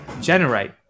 generate